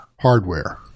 hardware